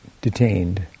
detained